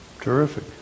terrific